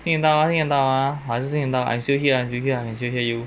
听得到啊听得到啊我还是听得到啊 I'm still here I'm still here I'm still hear you